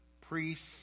priests